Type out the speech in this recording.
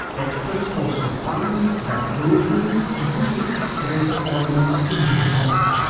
experts also found that doodling reduces stress hormones in your body,